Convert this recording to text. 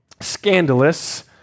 scandalous